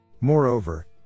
Moreover